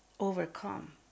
overcome